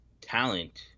talent